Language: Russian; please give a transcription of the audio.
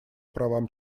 правам